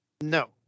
No